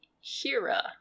Hira